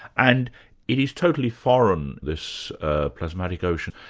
and it is totally foreign, this plasmatic ocean.